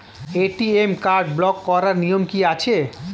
ATM card block করার নিয়ম কি আছে?